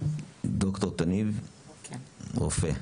להם --- ד"ר תניב רופא,